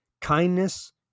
Kindness